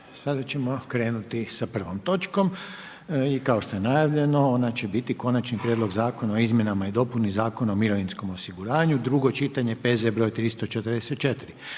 Sada ćemo krenuti sa prvom točkom i kao što je najavljeno, ona će biti: - Konačni prijedlog zakona o izmjenama i dopuni Zakona o mirovinskom osiguranju, drugo čitanje, P.Z. br. 334